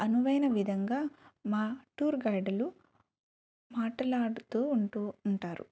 అనువైన విధంగా మా టూర్ గైడ్లు మాట్లాడుతూ ఉంటూ ఉంటారు